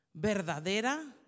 verdadera